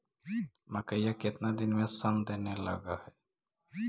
मकइ केतना दिन में शन देने लग है?